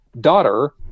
daughter